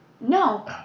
No